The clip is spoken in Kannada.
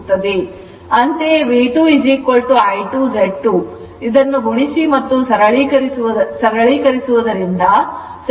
ಅಂತೆಯೇ V2 I 2 Z2ಇದು IZ2 ಗುಣಿಸಿ ಮತ್ತು ಸರಳೀಕರಿಸುವುದರಿಂದ 76